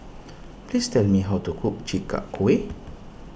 please tell me how to cook Chi Kak Kuih